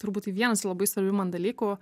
turbūt tai vienas labai svarbių man dalykų